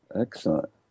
Excellent